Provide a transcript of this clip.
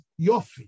Yofi